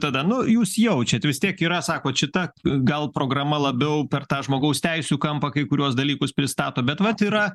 tada nu jūs jaučiat vis tiek yra sakot šita gal programa labiau per tą žmogaus teisių kampą kai kuriuos dalykus pristato bet vat yra